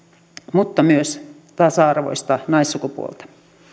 mutta myös tasa arvoista naissukupuolta